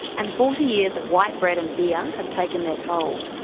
and forty years of white bread and beer have taken their toll.